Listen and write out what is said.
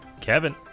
Kevin